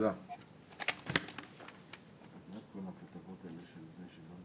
בשעה 13:15.